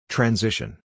Transition